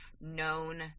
known